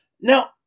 Now